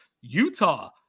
Utah